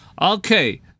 okay